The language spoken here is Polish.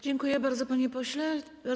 Dziękuję bardzo, panie pośle.